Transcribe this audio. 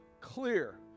clear